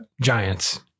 giants